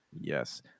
yes